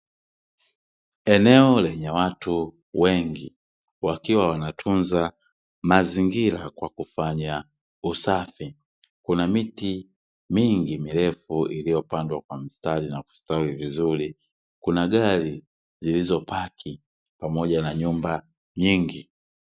Eneo lenye watu wengi, wakiwa wanatunza mazingira kwa kufanya usafi. Kuna miti mingi mirefu iliyopandwa kwa mstari na kustawi vizuri. Kuna gari zilizopaki pamoja na nyumba nyingi.